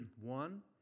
One